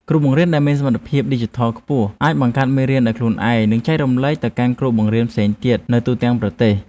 គ្រូបង្រៀនដែលមានសមត្ថភាពឌីជីថលខ្ពស់អាចបង្កើតមេរៀនដោយខ្លួនឯងនិងចែករំលែកទៅកាន់គ្រូបង្រៀនផ្សេងទៀតនៅ ទូទាំងប្រទេស។